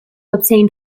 obtain